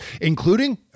including